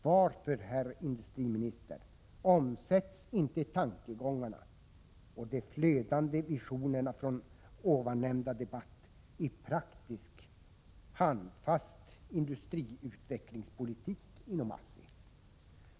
Varför, herr industriminister, omsätts inte tankegångarna och de flödande visionerna från ovannämnda debatt i praktisk handfast industriutvecklingspolitik inom ASSI?